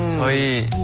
lee